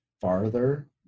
farther